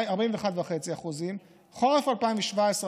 41.5%; חורף 2017,